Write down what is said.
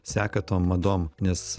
seka tom madom nes